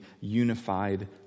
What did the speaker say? unified